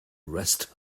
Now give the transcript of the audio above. rest